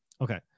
Okay